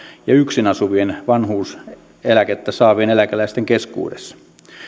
ja yksin asuvien vanhuuseläkettä saavien eläkeläisten keskuudessa